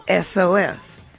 SOS